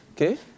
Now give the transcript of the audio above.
okay